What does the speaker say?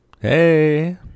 Hey